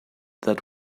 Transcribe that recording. that